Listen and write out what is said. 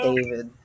David